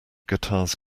guitars